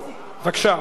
בבקשה,